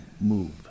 move